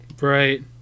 Right